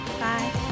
Bye